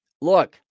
Look